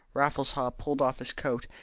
raffles haw pulled off his coat,